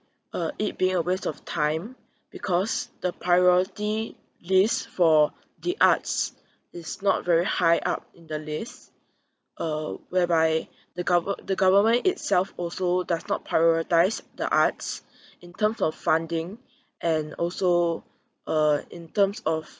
uh it being a waste of time because the priority list for the arts is not very high up in the list uh whereby the gover ~the government itself also does not prioritise the arts in terms of funding and also uh in terms of